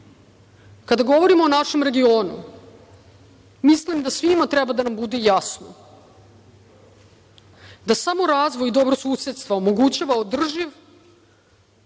član. Kada govorimo o našem regionu, mislim da svima treba da nam bude jasno da samo razvoj dobrosusedstva omogućava održiv,